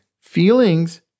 Feelings